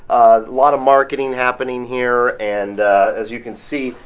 a lot of marketing happening here. and as you can see,